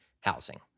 housing